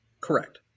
Correct